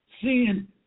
sin